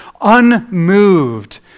unmoved